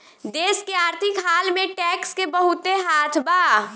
देश के आर्थिक हाल में टैक्स के बहुते हाथ बा